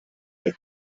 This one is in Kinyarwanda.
ltd